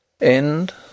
End